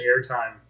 airtime